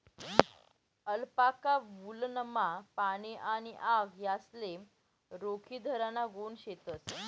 alpaca वुलनमा पाणी आणि आग यासले रोखीधराना गुण शेतस